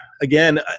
again